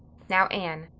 now, anne,